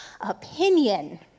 opinion